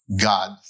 God